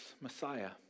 Messiah